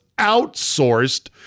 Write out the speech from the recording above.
outsourced